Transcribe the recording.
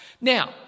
Now